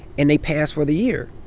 and they pass for the year.